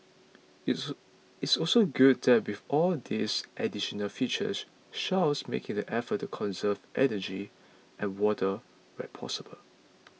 it's it's also good that with all these additional features Shell's making the effort to conserve energy and water where possible